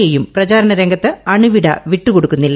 A പ്രചാരണരംഗത്ത് അണുവിട വിട്ടുകൊടുക്കുന്നില്ല